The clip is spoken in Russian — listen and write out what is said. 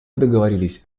договорились